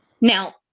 Now